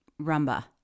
rumba